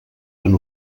han